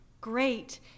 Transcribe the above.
Great